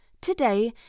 today